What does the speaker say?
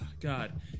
god